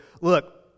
Look